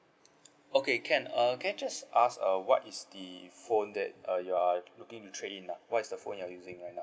okay can err can I just ask uh what is the phone that uh you're looking to trade in lah what's the phone you're using right now